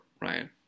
Ryan